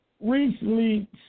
recently